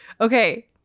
okay